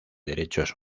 derechos